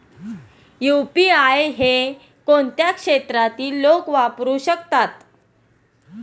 UPI हे कोणत्या क्षेत्रातील लोक वापरू शकतात?